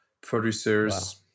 producers